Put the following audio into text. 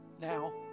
Now